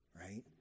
right